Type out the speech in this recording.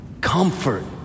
comfort